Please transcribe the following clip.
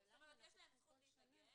זאת אומרת, יש להם זכות להתנגד.